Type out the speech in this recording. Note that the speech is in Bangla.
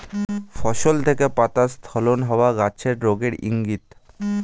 ফসল থেকে পাতা স্খলন হওয়া গাছের রোগের ইংগিত